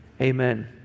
Amen